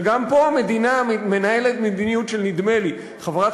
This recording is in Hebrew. וגם פה המדינה מנהלת מדיניות של "נדמה לי"; חברת